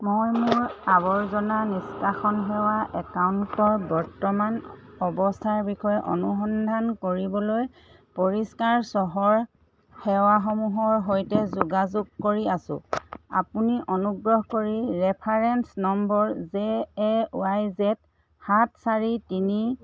মই মোৰ আৱৰ্জনা নিষ্কাশন সেৱা একাউণ্টৰ বৰ্তমান অৱস্থাৰ বিষয়ে অনুসন্ধান কৰিবলৈ পৰিষ্কাৰ চহৰ সেৱাসমূহৰ সৈতে যোগাযোগ কৰি আছো আপুনি অনুগ্ৰহ কৰি reference number J A Y Z সাত চাৰি তিনি